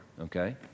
okay